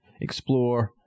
explore